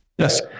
Yes